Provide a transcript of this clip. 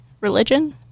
religion